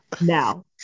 now